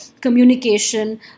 communication